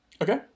Okay